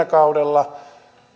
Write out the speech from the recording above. kaudella